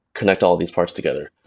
connect all these parts together.